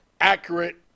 accurate